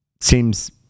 seems